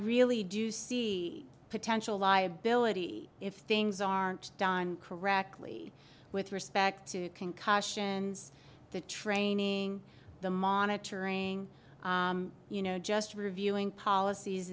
really do see a potential liability if things aren't done correctly with respect to concussions the training the monitoring you know just reviewing policies